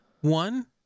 one